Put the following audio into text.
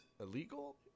illegal